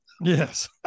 Yes